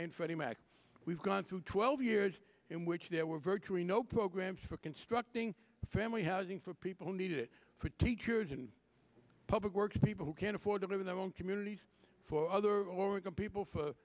freddie mac we've gone through twelve years in which there were virtually no programs for constructing family housing for people who needed it for teachers and public works people who can't afford to live in their own communities for other oregon people for